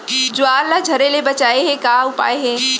ज्वार ला झरे ले बचाए के का उपाय हे?